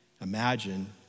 Imagine